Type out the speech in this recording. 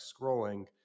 scrolling